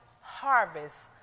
harvest